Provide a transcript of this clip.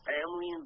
family